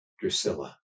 Drusilla